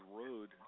road